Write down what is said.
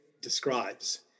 describes